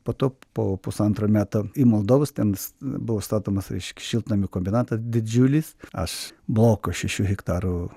po to po pusantro metro į moldovos ten buvo statomas reiškia šiltnamių kombinatas didžiulis aš blokus šešių hektarų